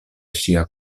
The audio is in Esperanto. ŝia